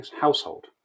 household